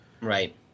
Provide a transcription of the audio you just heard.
right